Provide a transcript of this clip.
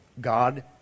God